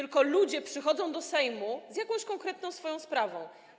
Ludzie przychodzą do Sejmu z jakąś konkretną swoją sprawą.